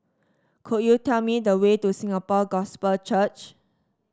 could you tell me the way to Singapore Gospel Church